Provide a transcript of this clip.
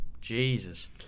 Jesus